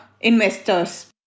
investors